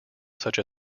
such